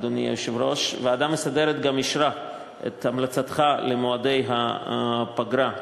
אדוני היושב-ראש: הוועדה המסדרת גם אישרה את המלצתך למועדי הפגרה,